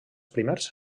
primers